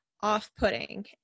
off-putting